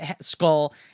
skull